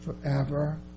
forever